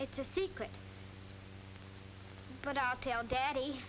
it's a secret but i'll tell daddy